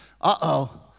Uh-oh